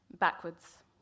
Backwards